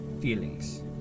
feelings